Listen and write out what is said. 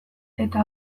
eta